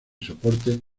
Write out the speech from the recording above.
soporte